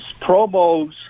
promos